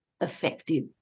effective